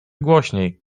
głośniej